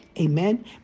Amen